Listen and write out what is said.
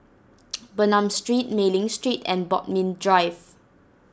Bernam Street Mei Ling Street and Bodmin Drive